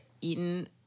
eaten